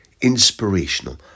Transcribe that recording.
inspirational